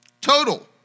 total